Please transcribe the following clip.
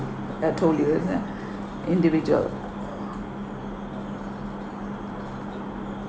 I told you uh individual